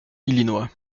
illinois